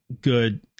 good